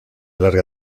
larga